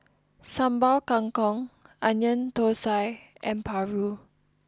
Sambal Kangkong Onion Thosai and Paru